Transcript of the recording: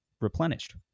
replenished